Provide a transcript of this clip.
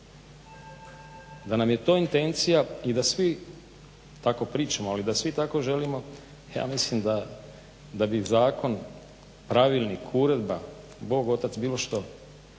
Da nam je to intencija i da svi tako pričamo, ali da svi tako želimo ja mislim da bi zakon, pravilnik, uredba, bog, otac, bilo što